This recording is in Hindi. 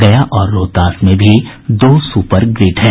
गया और रोहतास में भी दो सुपर ग्रिड हैं